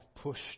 pushed